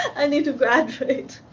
i need to graduate.